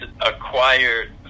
acquired